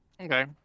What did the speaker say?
Okay